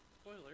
Spoiler